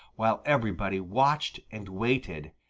while everybody watched and waited,